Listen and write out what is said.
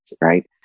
right